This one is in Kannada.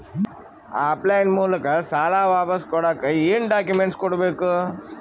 ಆಫ್ ಲೈನ್ ಮೂಲಕ ಸಾಲ ವಾಪಸ್ ಕೊಡಕ್ ಏನು ಡಾಕ್ಯೂಮೆಂಟ್ಸ್ ಕೊಡಬೇಕು?